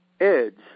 edge